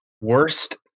Worst